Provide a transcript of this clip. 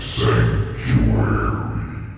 sanctuary